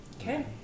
Okay